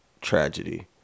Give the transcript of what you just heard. tragedy